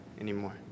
anymore